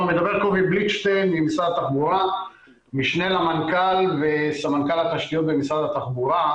אני משנה למנכ"ל וסמנכ"ל התשתיות במשרד התחבורה.